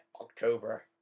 October